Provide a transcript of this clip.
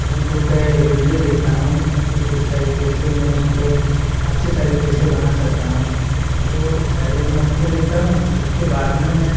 YouTube पर video देखता हूँ कि किस तरीके से मैं उसको अच्छी तरीके से बना सकता हूँ तो पहले मैं उसको देखता हूँ उसके बाद में मैं